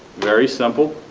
very simple,